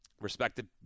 Respected